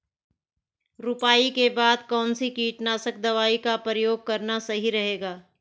रुपाई के बाद कौन सी कीटनाशक दवाई का प्रयोग करना सही रहेगा?